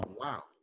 wow